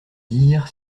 dire